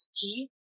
key